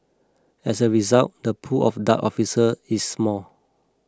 as a result the pool of Dart officer is small